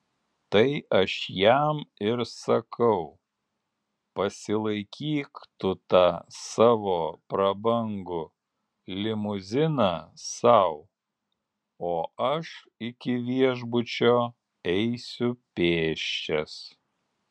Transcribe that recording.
tai aš jam ir sakau pasilaikyk tu tą savo prabangu limuziną sau o aš iki viešbučio eisiu pėsčias